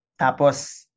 Tapos